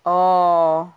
oh